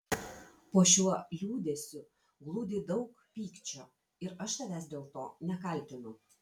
po šiuo liūdesiu glūdi daug pykčio ir aš tavęs dėl to nekaltinu